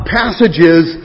passages